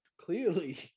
clearly